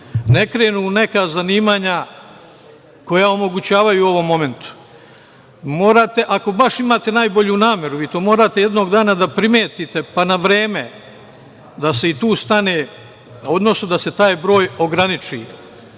ne krenu u neka zanimanja koja to omogućavaju u ovom momentu. Ako baš imate najbolju nameru, vi to morate jednog dana da primetite, pa na vreme da se i tu stane, odnosno da se taj broj ograniči.